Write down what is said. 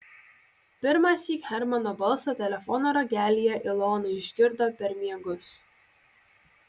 pirmąsyk hermano balsą telefono ragelyje ilona išgirdo per miegus